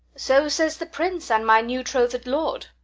so says the prince, and my new-trothed lord.